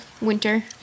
winter